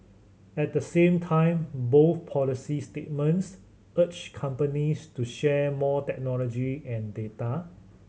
at the same time both policy statements urged companies to share more technology and data